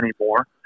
anymore